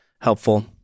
helpful